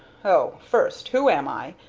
oh! first who am i?